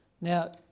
Now